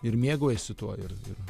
ir mėgaujasi tuo ir ir